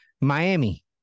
Miami